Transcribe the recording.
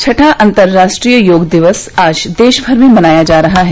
छठां अंतर्राष्ट्रीय योग दिवस आज देश भर में मनाया जा रहा है